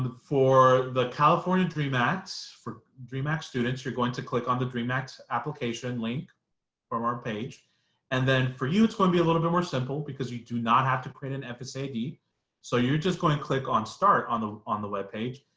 for the california dream act, dream act students you're going to click on the dream act application link from our page and then for you it's going to be a little bit more simple because we do not have to print an fsa id so you're just going to click on start on the on the web page,